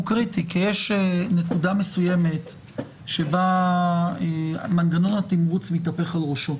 הוא קריטי כי יש נקודה מסוימת בה מנגנון התמרוץ מתהפך על ראשו.